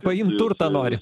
paimt turtą nori